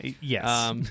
Yes